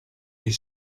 est